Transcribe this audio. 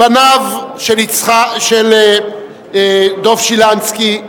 בניו של דב שילנסקי,